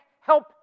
help